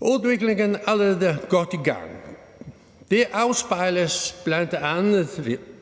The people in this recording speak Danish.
Udviklingen er allerede godt i gang. Det afspejles bl.a.